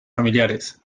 familiares